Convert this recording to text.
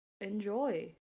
Enjoy